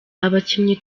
abakinnyi